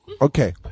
Okay